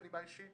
בנימה אישית,